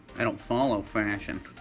i don't follow fashion.